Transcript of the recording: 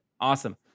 awesome